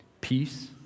peace